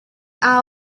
are